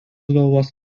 galvos